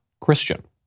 Christian